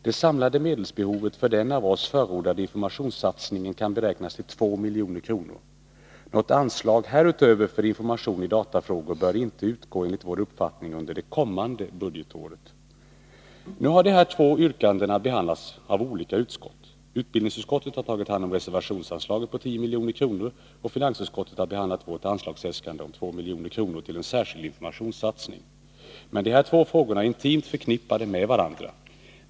Det samlade medelsbehovet för den av oss förordade informationssatsningen kan beräknas till 2 milj.kr. Något anslag härutöver för information i datafrågor bör enligt vår uppfattning inte utgå under det kommande budgetåret. Nu har de här två yrkandena behandlats av olika utskott. Utbildningsut skottet har tagit hand om yrkandet om ett reservationsanslag på 10 milj.kr., och finansutskottet har behandlat vårt anslagsäskande om 2 milj.kr. till en särskild informationssatsning. Men de här två frågorna är intimt förknippade med varandra.